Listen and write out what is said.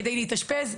כדי להתאשפז,